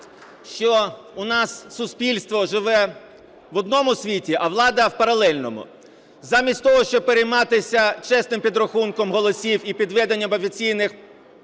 що у нас суспільство живе в одному світі, а влада в паралельному. Замість того, щоб перейматися чесним підрахунком голосів і підведенням офіційних